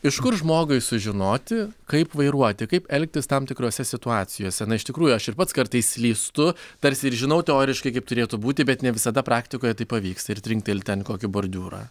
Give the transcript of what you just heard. iš kur žmogui sužinoti kaip vairuoti kaip elgtis tam tikrose situacijose na iš tikrųjų aš ir pats kartais slystu tarsi ir žinau teoriškai kaip turėtų būti bet ne visada praktikoje tai pavyksta ir trinkteli ten į kokį bordiūrą